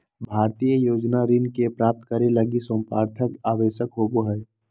भारतीय योजना ऋण के प्राप्तं करे लगी संपार्श्विक आवश्यक होबो हइ